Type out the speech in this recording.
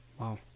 Wow